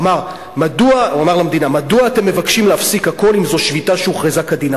הוא אמר למדינה: מדוע אתם מבקשים להפסיק הכול אם זו שביתה שהוכרזה כדין?